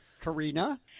Karina